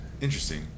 Interesting